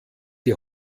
die